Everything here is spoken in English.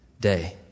day